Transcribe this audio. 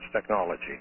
technology